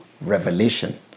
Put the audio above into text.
revelation